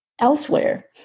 elsewhere